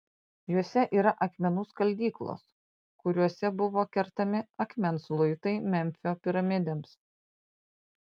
juose yra akmenų skaldyklos kuriose buvo kertami akmens luitai memfio piramidėms